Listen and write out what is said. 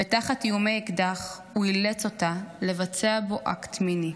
ותחת איומי אקדח הוא אילץ אותה לבצע בו אקט מיני.